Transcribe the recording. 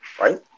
right